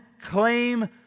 claim